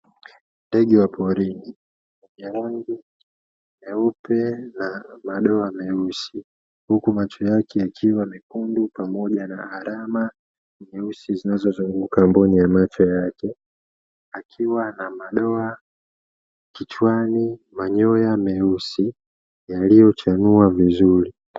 Ndege wa porini wa rangi nyeupe na madoa meusi, huku macho yake yakiwa mekundu pamoja na alama nyeusi zinazozunguka mboni ya macho yake. Akiwa na madoa kichwani, manyoya meusi yaliyochanua vizuri.